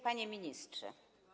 Panie Ministrze!